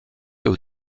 aux